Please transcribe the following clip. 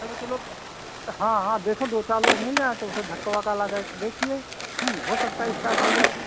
चलो चलो हाँ हाँ देखो दो चार लोग मिल जाएँ तो उनसे धक्का वक्का लगाए के देखिए हो सकता है इस्टार्ट हो जाए